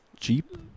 jeep